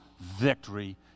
victory